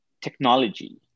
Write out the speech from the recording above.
technology